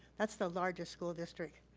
that's the largest school district.